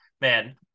Man